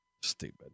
Stupid